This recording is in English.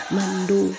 Mando